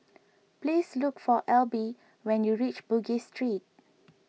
please look for Elby when you reach Bugis Street